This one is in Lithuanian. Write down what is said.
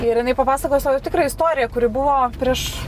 ir jinai papasakojo savo tikrą istoriją kuri buvo prieš